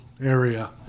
area